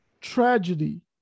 Tragedy